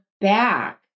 back